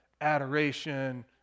adoration